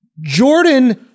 Jordan